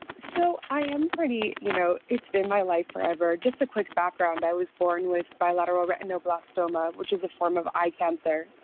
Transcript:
so i am pretty you know it's been my life forever. just a quick background. i was born with bilateral retinal blastoma which is a form of eye cancer.